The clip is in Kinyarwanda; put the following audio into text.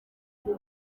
uru